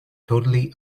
totally